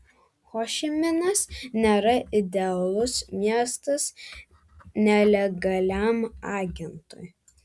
hošiminas nėra idealus miestas nelegaliam agentui